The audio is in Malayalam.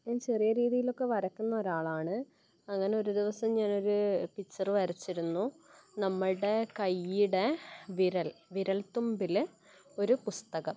ഞാൻ ചെറിയ രീതിയിലൊക്കെ വരയ്ക്കുന്ന ഒരാളാണ് അങ്ങനെ ഒരു ദിവസം ഞാൻ ഒരു പിക്ചർ വരച്ചിരുന്നു നമ്മളുടെ കയ്യിടെ വിരൽ വിരൽ തുമ്പിൽ ഒരു പുസ്തകം